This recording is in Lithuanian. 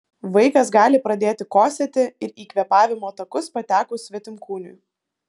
vaikas gali pradėti kosėti ir į kvėpavimo takus patekus svetimkūniui